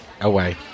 away